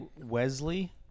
Wesley